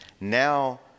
Now